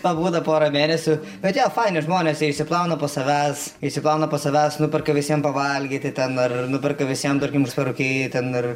pabūna porą mėnesių bet jo faini žmonės jie išsiplauna po savęs išsiplauna po savęs nuperka visiem pavalgyti ten ar nuperka visiems tarkim užsirūkei ten ir